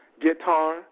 guitar